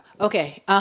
Okay